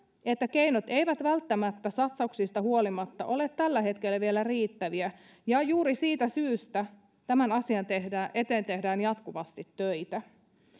että keinot eivät välttämättä satsauksista huolimatta ole tällä hetkellä vielä riittäviä ja juuri siitä syystä tämän asian eteen tehdään jatkuvasti töitä